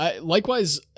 Likewise